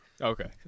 Okay